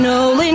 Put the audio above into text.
Nolan